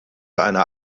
einer